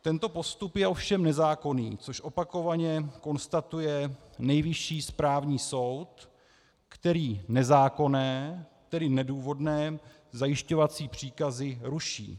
Tento postup je ovšem nezákonný, což opakovaně konstatuje Nejvyšší správní soud, který nezákonné, tedy nedůvodné zajišťovací příkazy ruší.